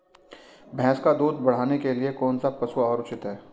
भैंस का दूध बढ़ाने के लिए कौनसा पशु आहार उचित है?